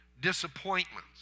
Disappointments